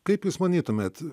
kaip jūs manytumėte